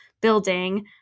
building